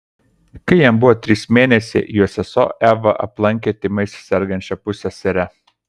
kai jam buvo trys mėnesiai jo sesuo eva aplankė tymais sergančią pusseserę